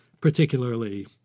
particularly